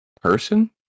person